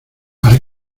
para